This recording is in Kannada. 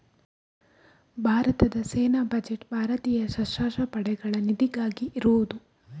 ಭಾರತದ ಸೇನಾ ಬಜೆಟ್ ಭಾರತೀಯ ಸಶಸ್ತ್ರ ಪಡೆಗಳ ನಿಧಿಗಾಗಿ ಇರುದು